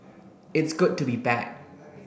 it's good to be back